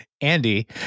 Andy